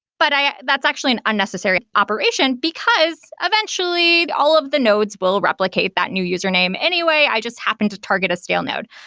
but that's actually an unnecessary operation, because eventually all of the nodes will replicate that new username anyway. i just happen to target a scale node.